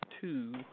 two